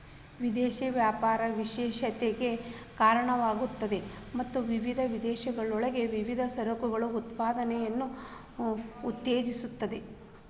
ವಿದೇಶಿ ವ್ಯಾಪಾರ ವಿಶೇಷತೆಕ್ಕ ಕಾರಣವಾಗ್ತದ ಮತ್ತ ವಿವಿಧ ದೇಶಗಳೊಳಗ ವಿವಿಧ ಸರಕುಗಳ ಉತ್ಪಾದನೆಯನ್ನ ಉತ್ತೇಜಿಸ್ತದ